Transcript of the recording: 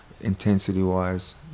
intensity-wise